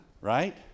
right